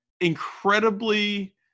incredibly